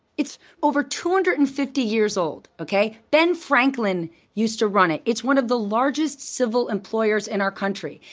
it's over two hundred and fifty years old, okay. ben franklin used to run it. it's one of the largest civil employers in our country.